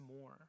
more